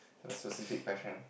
have a specific passion